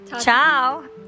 Ciao